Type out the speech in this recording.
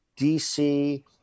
DC